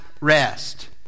rest